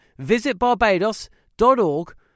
visitbarbados.org